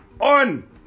on